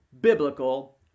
biblical